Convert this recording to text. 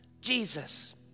Jesus